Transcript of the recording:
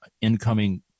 incoming